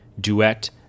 Duet